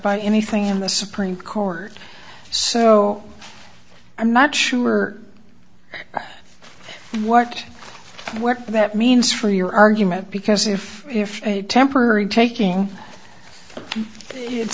by anything in the supreme court so i'm not sure what work that means for your argument because if if a temporary taking it